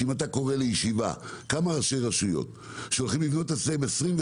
שאם אתה קורא לישיבה כמה ראשי רשויות שהולכים לבנות אצלם 20,000,